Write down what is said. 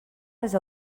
les